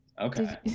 Okay